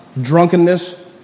drunkenness